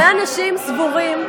הרבה אנשים סבורים,